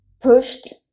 pushed